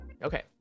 Okay